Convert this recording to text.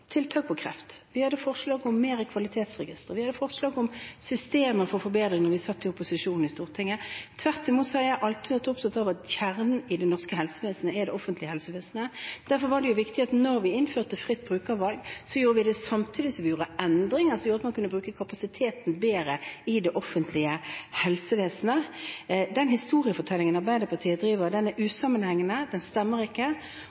tiltak mot kreft, vi hadde forslag om kvalitetsregister, vi hadde forslag om systemer for forbedringer da vi satt i opposisjon i Stortinget. Tvert imot har jeg alltid vært opptatt av at kjernen i det norske helsevesenet er det offentlige helsevesenet. Derfor er det viktig at da vi innførte fritt brukervalg, gjorde vi det samtidig som vi gjorde endringer som gjorde at man kunne bruke kapasiteten bedre i det offentlige helsevesenet. Den historiefortellingen Arbeiderpartiet driver med, er usammenhengende og stemmer ikke.